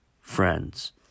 friends